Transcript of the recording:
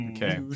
Okay